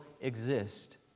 exist